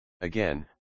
Again